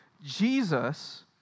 Jesus